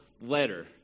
letter